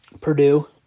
Purdue